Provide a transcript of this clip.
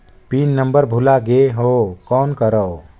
Pin number भुला गयें हो कौन करव?